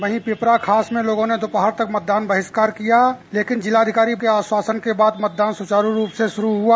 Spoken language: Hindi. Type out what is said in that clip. वहीं पिपरा खास में लोगों ने दोपहर तक मतदान बहिष्कार हुआ लेकिन जिलाधिकारी के आश्वासन के बाद मतदान सुचारू रूप से शुरू हो गया